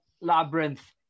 Labyrinth